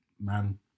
Man